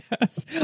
yes